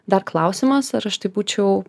dar klausimas ar aš tai būčiau